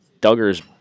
Duggar's